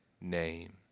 name